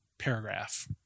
paragraph